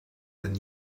than